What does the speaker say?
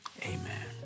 amen